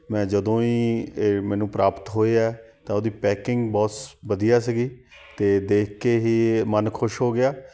ਮੈਂ ਜਦੋਂ ਹੀ ਇਹ ਮੈਨੂੰ ਪ੍ਰਾਪਤ ਹੋਏ ਆ ਤਾਂ ਉਹਦੀ ਪੈਕਿੰਗ ਬਹੁਤ ਸ ਵਧੀਆ ਸੀਗੀ ਅਤੇ ਦੇਖ ਕੇ ਹੀ ਮਨ ਖੁਸ਼ ਹੋ ਗਿਆ